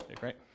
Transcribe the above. right